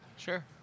Sure